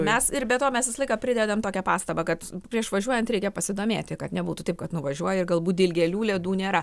mes ir be to mes visą laiką pridedam tokią pastabą kad prieš važiuojant reikia pasidomėti kad nebūtų taip kad nuvažiuoji ir galbūt dilgėlių ledų nėra